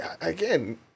again